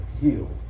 heal